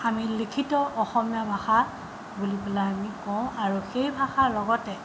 আমি লিখিত অসমীয়া ভাষা বুলি পেলাই আমি কওঁ আৰু সেই ভাষাৰ লগতে